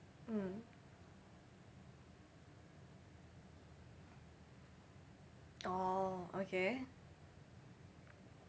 mm orh okay